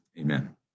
Amen